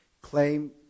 claim